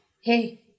Hey